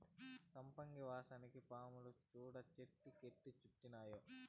సంపెంగ వాసనకి పాములు సూడు చెట్టు కెట్టా సుట్టినాయో